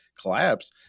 collapse